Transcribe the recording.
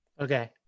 Okay